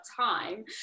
time